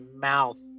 mouth